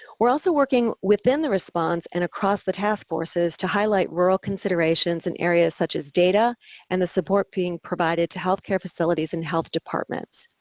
we're also working within the response and across the task forces to highlight rural considerations in areas such as data and the support being provided to health care facilities and health departments.